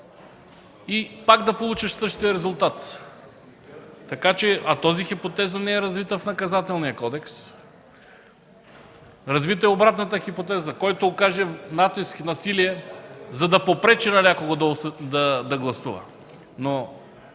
и пак да получиш същия резултат. Тази хипотеза не е развита в Наказателния кодекс. Развита е обратната хипотеза – който окаже натиск и насилие, за да попречи на някого да гласува.